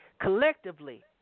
collectively